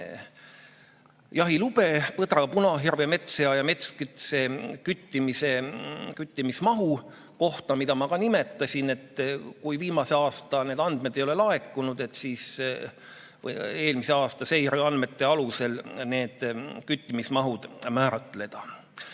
jahilube, põdra, punahirve, metssea ja metskitse küttimise mahtu, mida ma ka nimetasin. Kui viimase aasta andmed ei ole laekunud, siis saab eelmise aasta seireandmete alusel need küttimismahud määrata.